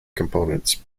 components